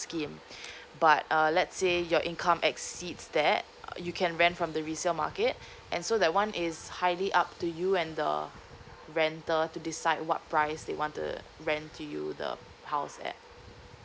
scheme but uh let's say your income exceeds that uh you can rent from the resale market and so that one is highly up to you and the renter to decide what price they want to rent to you the house at